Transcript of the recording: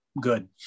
good